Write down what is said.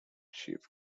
ships